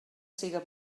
siga